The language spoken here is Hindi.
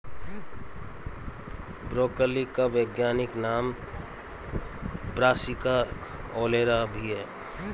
ब्रोकली का वैज्ञानिक नाम ब्रासिका ओलेरा भी है